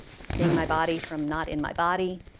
seeing my body from not in my body,